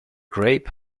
grape